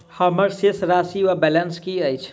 हम्मर शेष राशि वा बैलेंस की अछि?